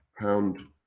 pound